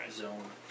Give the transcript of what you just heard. zone